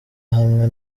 hamwe